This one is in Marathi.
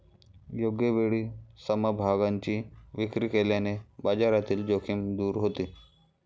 योग्य वेळी समभागांची विक्री केल्याने बाजारातील जोखीम दूर होते